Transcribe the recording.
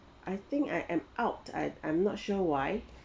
I think I am out at I I'm not sure why